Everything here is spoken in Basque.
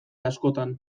askotan